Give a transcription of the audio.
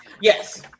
Yes